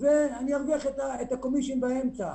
ואני ארוויח את העמלה באמצע.